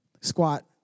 squat